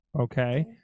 Okay